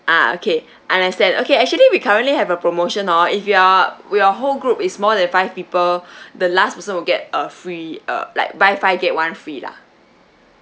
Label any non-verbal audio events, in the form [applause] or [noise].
[breath] ah okay understand okay actually we currently have a promotion hor if you are when your whole group is more than five people [breath] the last person will get a free uh like buy five get one free lah